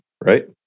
Right